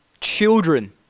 children